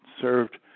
served